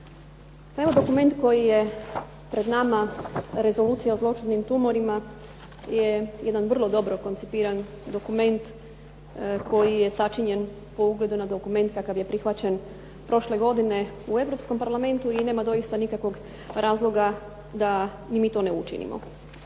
Dokument koji je pred nama Rezolucija o zloćudnim tumorima je jedan vrlo dobro koncipiran dokument koji je sačinjen po ugledu na dokument kakav je prihvaćen prošle godine u Europskom parlamentu i nema doista nikakvog razloga da i mi to ne učinimo.